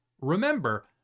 remember